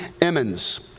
Emmons